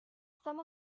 some